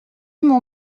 mon